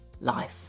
life